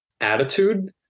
attitude